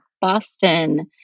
Boston